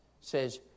says